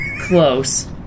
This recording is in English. close